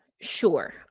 Sure